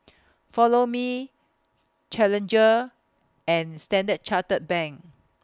Follow Me Challenger and Standard Chartered Bank